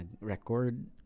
record